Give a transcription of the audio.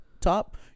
top